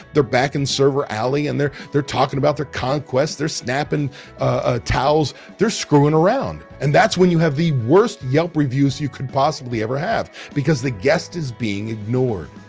they're back in server alley and they're they're talking about their conquests. they're snapping ah towels. they're screwing around. and that's when you have the worst yelp reviews you could possibly ever have because the guest is being ignored.